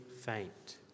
faint